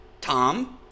Tom